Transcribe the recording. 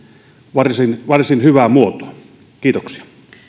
varsin varsin hyvään muotoon kiitoksia